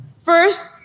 first